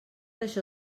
això